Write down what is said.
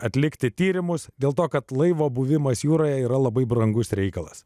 atlikti tyrimus dėl to kad laivo buvimas jūroje yra labai brangus reikalas